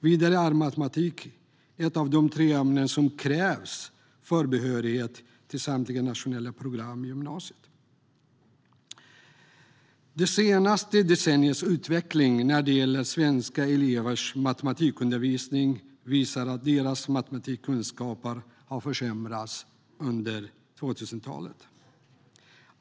Vidare är matematik ett av de tre ämnen som krävs för behörighet till samtliga nationella program i gymnasieskolan. På grund av matematikundervisningens utveckling det senaste decenniet har svenska elevers matematikkunskaper försämrats under 2000-talet.